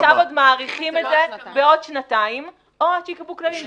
עכשיו עוד מאריכים את זה בעוד שנתיים או עד שייקבעו כללים.